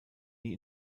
nie